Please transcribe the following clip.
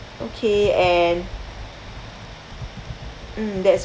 okay and mm that's